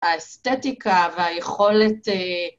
האסתטיקה והיכולת